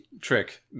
trick